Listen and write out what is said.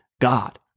God